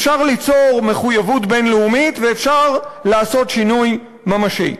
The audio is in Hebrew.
אפשר ליצור מחויבות בין-לאומית ואפשר לעשות שינוי ממשי.